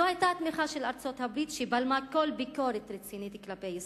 זו היתה התמיכה של ארצות-הברית שבלמה כל ביקורת רצינית כלפי ישראל,